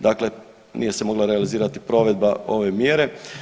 Dakle, nije se mogla realizirati provedba ove mjere.